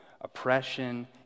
oppression